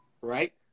Right